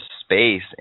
space